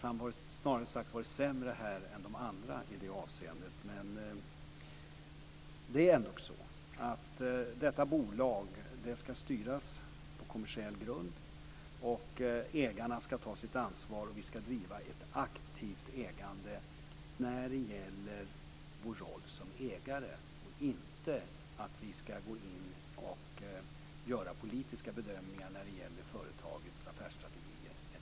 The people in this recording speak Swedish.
Vi har snarare varit sämre än de andra i det här avseendet. Men detta bolag ska styras på kommersiell grund. Ägarna ska ta sitt ansvar, och vi ska vara aktiva när det gäller vår roll som ägare. Vi ska inte gå in och göra politiska bedömningar när det gäller företagets affärsstrategier etc.